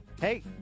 Hey